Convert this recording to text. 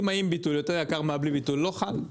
אם המחיר עם ביטול יותר יקר מאשר בלי ביטול זה לא חל.